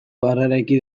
berreraiki